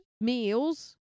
meals